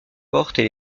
portes